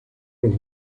los